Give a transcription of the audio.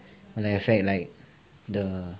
like affect like the